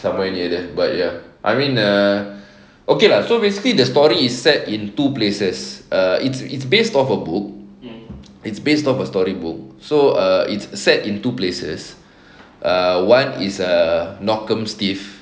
somewhere near there but ya I mean ah okay lah so basically the story is set in two places it's it's based off a book in it's based of a story book so it's set in two places ah one is err knockemstiff